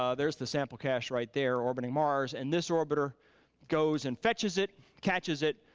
ah there's the sample cache right there, orbiting mars. and this orbiter goes and fetches it, catches it,